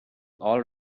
all